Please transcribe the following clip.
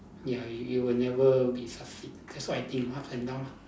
ya you you would never be succeed that's what I think up and down ah